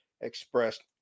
expressed